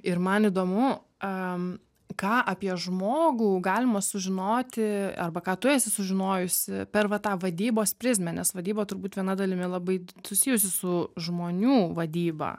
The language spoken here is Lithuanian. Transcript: ir man įdomu a ką apie žmogų galima sužinoti arba ką tu esi sužinojusi per va tą vadybos prizmę nes vadyba turbūt viena dalimi labai susijusi su žmonių vadyba